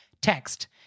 text